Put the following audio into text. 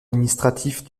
administratifs